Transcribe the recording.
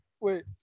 Wait